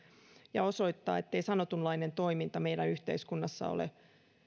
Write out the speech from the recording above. ja osoittaa ettei sanotunlainen toiminta meillä yhteiskunnassa ole